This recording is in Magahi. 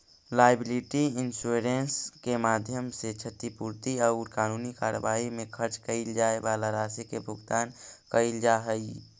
लायबिलिटी इंश्योरेंस के माध्यम से क्षतिपूर्ति औउर कानूनी कार्रवाई में खर्च कैइल जाए वाला राशि के भुगतान कैइल जा हई